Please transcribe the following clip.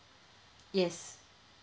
yes